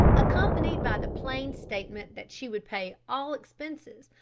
accompanied by the plain statement that she would pay all expenses,